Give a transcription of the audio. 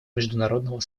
международного